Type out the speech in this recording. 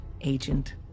Agent